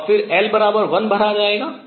और फिर l1 भरा जाएगा